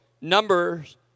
numbers